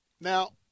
Now